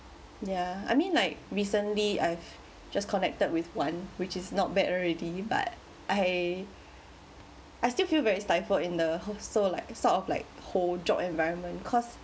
ya I mean like recently I've just connected with one which is not bad already but I I still feel very stifled in the whole so like sort of like whole job environment cause